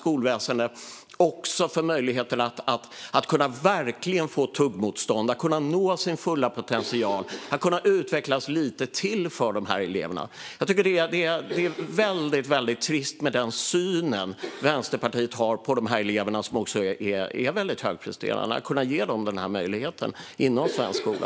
Ska inte de eleverna verkligen få tuggmotstånd för att kunna nå sin fulla potential och utvecklas lite till? Jag tycker att den syn Vänsterpartiet har är väldigt trist när det gäller att ge de högpresterande eleverna den möjligheten inom svenskt skola.